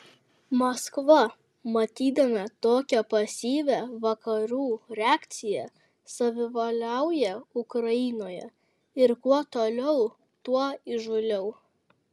maskva matydama tokią pasyvią vakarų reakciją savivaliauja ukrainoje ir kuo toliau tuo įžūliau